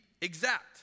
exact